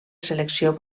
selecció